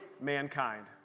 mankind